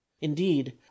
indeed